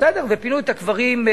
בסדר, פינו את הקברים.